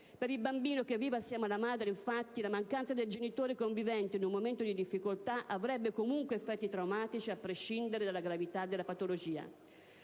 Per il bambino che vive assieme alla madre, infatti, la mancanza del genitore convivente in un momento di difficoltà avrebbe comunque effetti traumatici, a prescindere dalla gravità della patologia.